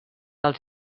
als